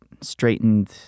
straightened